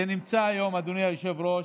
זה נמצא היום, אדוני היושב-ראש.